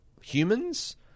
humans